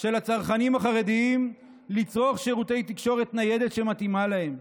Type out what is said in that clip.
של הצרכנים החרדים לצרוך שירותי תקשורת ניידת שמתאימה להם,